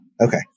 Okay